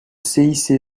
cice